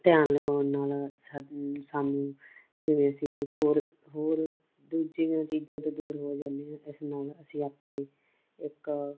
ਧਿਆਨ ਲਗਾਉਣ ਨਾਲ ਸਾ ਸਾਨੂੰ ਜਿਵੇਂ ਅਸੀਂ ਹੋਰ ਹੋਰ ਦੂਜੀਆਂ ਚੀਜ਼ਾਂ ਤੋਂ ਦੂਰ ਹੋ ਜਾਂਦੇ ਹਾਂ ਇਸ ਨਾਲ ਅਸੀਂ ਆਪਣੀ ਇੱਕ